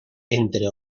entre